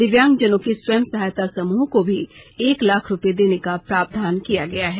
दिव्यांग जनों के स्वयं सहायता समूहों को भी एक लाख रूपये देने का प्रावधान किया गया है